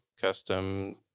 custom